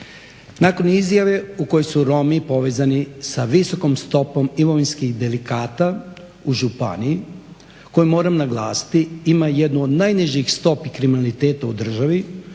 Nakon izjave u kojoj su Romi povezani sa viskom stopom imovinskih delikata u županiji koja moram naglasiti ima jednu od najnižih stopi kriminaliteta u državi